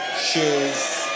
shoes